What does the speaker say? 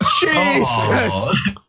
Jesus